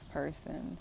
person